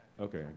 Okay